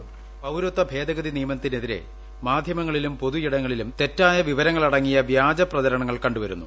voice ഭേദഗതി നിയമത്തിനെതിരെ മാധ്യമങ്ങളിലും പൌരത്യ പൊതുയിടങ്ങളിലും തെറ്റായ വിവരങ്ങളടങ്ങിയ വ്യാജപ്രചരണങ്ങൾ കണ്ടുവരുന്നു